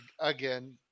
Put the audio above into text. Again